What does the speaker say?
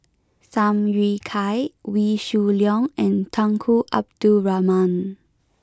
Tham Yui Kai Wee Shoo Leong and Tunku Abdul Rahman